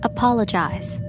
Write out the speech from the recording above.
Apologize